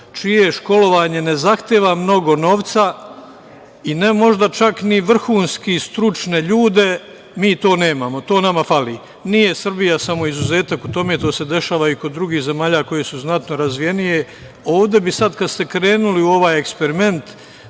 čije školovanje ne zahteva mnogo novca i ne možda čak ni vrhunski stručne ljude, mi to nemamo, to nama fali. Nije Srbija samo izuzetak u tome. To se dešava i kod drugih zemalja koje su znatno razvijenije. Ovde bi sada, kada ste krenuli u ovaj eksperiment,